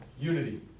Unity